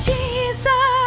Jesus